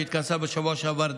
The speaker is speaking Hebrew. שהתכנסה בשבוע שעבר,